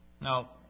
Now